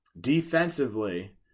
Defensively